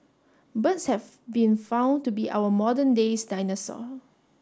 birds have been found to be our modern days dinosaurs